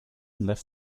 left